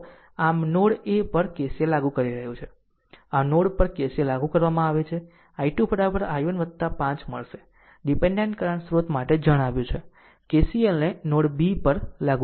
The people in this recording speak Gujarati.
આમ આ નોડ a પર KCL લાગુ કરી રહ્યું છે આમ જો નોડ પર KCL લાગુ કરવામાં આવે છે I2 I1 5 મળશે ડીપેન્ડેન્ટ કરંટ સ્રોત માટે જણાવ્યું છે KCLને નોડ b પર લાગુ કરો